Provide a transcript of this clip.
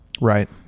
Right